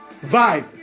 vibe